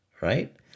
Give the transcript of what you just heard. right